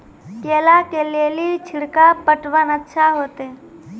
केला के ले ली छिड़काव पटवन अच्छा होते?